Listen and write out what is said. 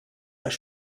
als